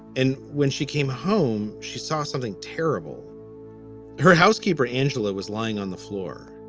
and when she came home, she saw something terrible her housekeeper, angela, was lying on the floor.